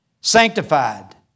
sanctified